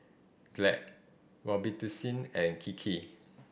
Glad Robitussin and Kiki